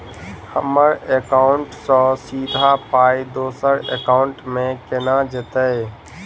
हम्मर एकाउन्ट सँ सीधा पाई दोसर एकाउंट मे केना जेतय?